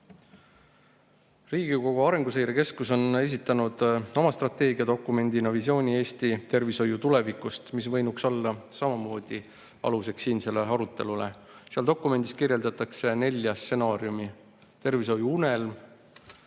teinudki. Riigikogu Arenguseire Keskus on esitanud oma strateegiadokumendina visiooni Eesti tervishoiu tulevikust, mis võinuks olla samamoodi aluseks siinsele arutelule. Seal dokumendis kirjeldatakse nelja stsenaariumi: tervishoiuunelm,